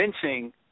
convincing